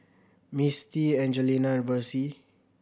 Misty Angelina and Versie